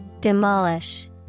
Demolish